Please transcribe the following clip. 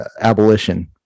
abolition